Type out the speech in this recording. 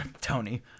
Tony